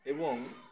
এবং